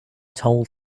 told